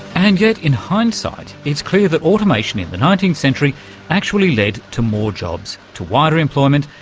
and yet, in hindsight, it's clear that automation in the nineteenth century actually led to more jobs, to wider employment,